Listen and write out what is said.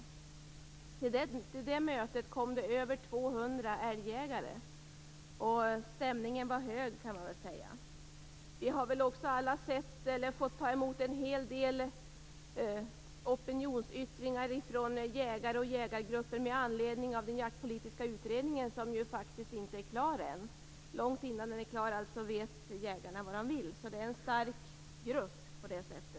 Till det mötet kom det över 200 älgjägare, och stämningen var hög, kan man säga. Vi har väl också alla fått se och ta emot en hel del opinionsyttringar från jägare och jägargrupper med anledning av den jaktpolitiska utredningen, som ju faktiskt inte är klar än. Långt innan den är klar vet alltså jägarna vad de vill. De är en stark grupp på det sättet.